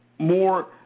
more